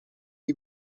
hij